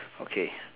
okay